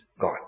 God